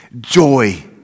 joy